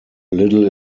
little